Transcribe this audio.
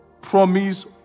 promise